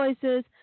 voices